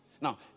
now